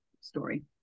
story